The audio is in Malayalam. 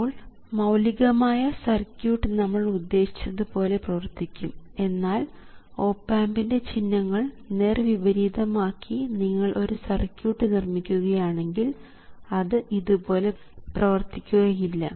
അപ്പോൾ മൌലികമായ സർക്യൂട്ട് നമ്മൾ ഉദ്ദേശിച്ചത് പോലെ പ്രവർത്തിക്കും എന്നാൽ ഓപ് ആമ്പിൻറെ ചിഹ്നങ്ങൾ നേർവിപരീതം ആക്കി നിങ്ങൾ ഒരു സർക്യൂട്ട് നിർമിക്കുകയാണെങ്കിൽ അത് ഇതുപോലെ പ്രവർത്തിക്കുകയില്ല